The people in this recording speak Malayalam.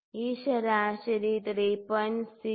ഈ ശരാശരി 3